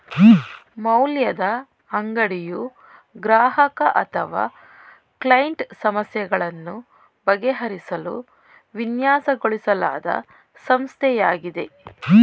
ಮೌಲ್ಯದ ಅಂಗಡಿಯು ಗ್ರಾಹಕ ಅಥವಾ ಕ್ಲೈಂಟ್ ಸಮಸ್ಯೆಗಳನ್ನು ಬಗೆಹರಿಸಲು ವಿನ್ಯಾಸಗೊಳಿಸಲಾದ ಸಂಸ್ಥೆಯಾಗಿದೆ